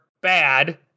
bad